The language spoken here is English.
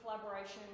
collaboration